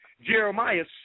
Jeremiah's